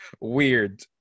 weird